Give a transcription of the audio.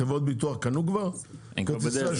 חברות הביטוח קנו כבר את כרטיסי האשראי?